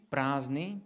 Prázdný